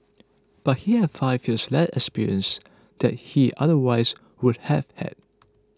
but he has five years less experience that he otherwise would have had